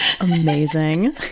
amazing